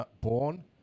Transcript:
born